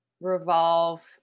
revolve